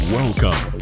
welcome